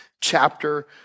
chapter